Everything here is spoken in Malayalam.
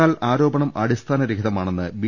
എന്നാൽ ആരോപണം അടിസ്ഥാനരഹിതമാണെന്ന് ബി